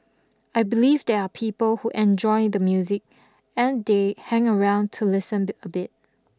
I believe there are people who enjoy the music and they hang around to listen a bit